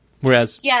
Whereas